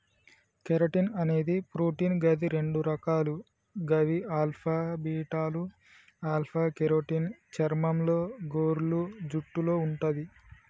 keratin అనేది protein గది రెండు రకాలు గవి ఆల్ఫా, బీటాలు ఆల్ఫ కెరోటిన్ చర్మంలో, గోర్లు, జుట్టులో వుంటది